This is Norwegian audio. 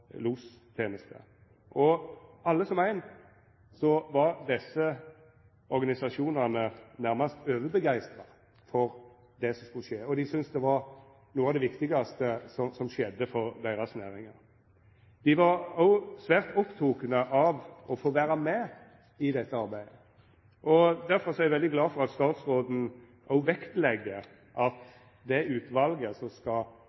for det som skulle skje. Dei synest det var noko av det viktigaste som skjedde for deira næringar. Dei var òg svært opptekne av å få vera med i dette arbeidet. Derfor er eg veldig glad for at statsråden òg vektlegg at det utvalet som skal